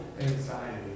anxiety